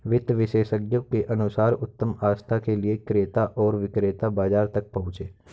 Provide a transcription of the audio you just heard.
वित्त विशेषज्ञों के अनुसार उत्तम आस्था के लिए क्रेता और विक्रेता बाजार तक पहुंचे